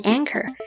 Anchor